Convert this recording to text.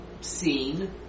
seen